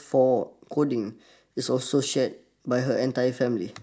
for coding is also shared by her entire family